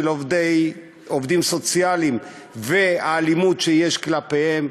עובדים סוציאליים והאלימות שיש כלפיהם,